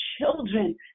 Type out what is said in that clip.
children